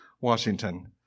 Washington